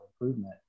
improvement